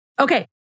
Okay